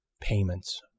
payments